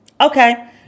okay